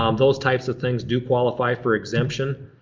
um those types of things do qualify for exemption.